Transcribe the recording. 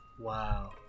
Wow